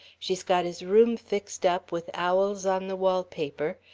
she's got his room fixed up with owls on the wall paper.